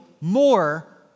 more